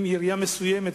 אם עירייה מסוימת,